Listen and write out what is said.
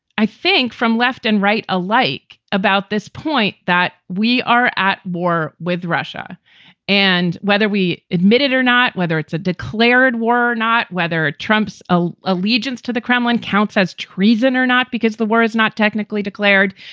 i think, from left and right alike about this point that we are at war with russia and whether we admit it or not, whether it's a declared war or not, whether it trumps ah allegiance allegiance to the kremlin counts as treason or not because the war is not technically declared.